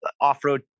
off-road